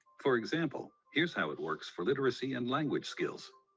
for example is how it works for literacy and language skills.